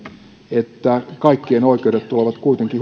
että kaikkien oikeudet tulevat kuitenkin